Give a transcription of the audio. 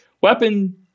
weapon